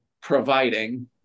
providing